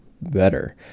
better